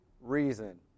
reason